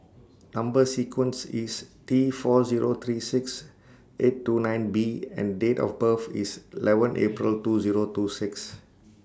Number sequence IS T four Zero three six eight two nine B and Date of birth IS eleven April two Zero two six